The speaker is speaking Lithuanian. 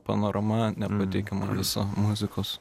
panorama nepateikiama visa muzikos